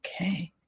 Okay